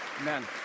Amen